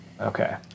Okay